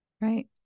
Right